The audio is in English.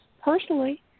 personally